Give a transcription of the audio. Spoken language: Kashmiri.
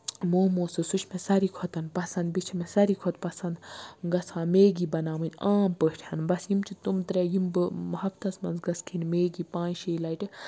موموز سُہ چھُ مےٚ ساروی کھۄتہٕ پَسَنٛد بیٚیہِ چھ مےٚ ساروی کھۄتہٕ پَسَنٛد گَژھان میگی بَناوٕنۍ عام پٲٹھۍ بَس یِم چھِ تِم ترٛےٚ یِم بہٕ ہَفتَس مَنٛز گَژھٕ کھیٚنۍ میگی پانٛژِ شیٚیہِ لَٹہٕ